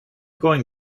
going